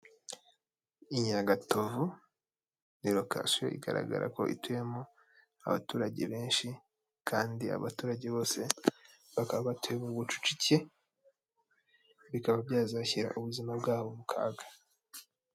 I Nyagatovu ni rokasiyo igaragara ko ituyemo abaturage benshi, kandi abaturage bose bakaba batuye mu bucucike, bikaba byazashyira ubuzima bwabo mu kaga.